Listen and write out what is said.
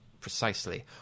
precisely